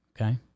Okay